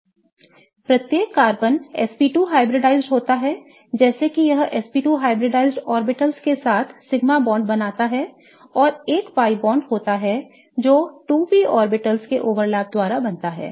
वास्तव में प्रत्येक कार्बन sp2 हाइब्रिडाइज्ड होता है जैसे कि यह sp2 हाइब्रिडाइज्ड ऑर्बिटल्स के साथ सिग्मा बांड बनाता है और एक pi बांड होता है जो 2p ऑर्बिटल्स के ओवरलैप द्वारा बनता है